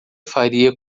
faria